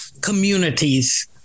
communities